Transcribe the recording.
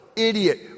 idiot